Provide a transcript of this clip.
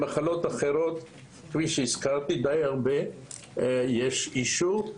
במחלות אחרות ורבות, כפי שהזכרתי, יש אישור,